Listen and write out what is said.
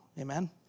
Amen